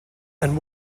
and